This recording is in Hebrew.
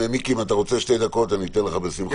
מיקי, אם אתה רוצה שתי דקות, אני אתן לך בשמחה.